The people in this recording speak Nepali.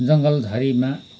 जङ्गल झरीमा